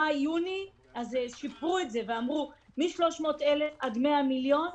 במאי-יוני שיפרו את זה ואמרו: מ-300,000 ועד 100 מיליון,